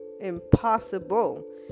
impossible